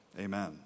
Amen